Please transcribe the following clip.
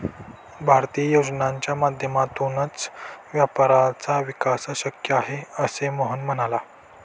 भारतीय योजनांच्या माध्यमातूनच व्यापाऱ्यांचा विकास शक्य आहे, असे मोहन म्हणाला